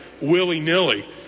willy-nilly